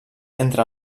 entre